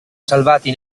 salvati